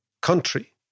country